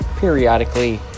periodically